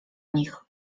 nich